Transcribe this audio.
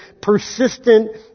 persistent